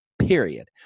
period